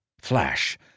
Flash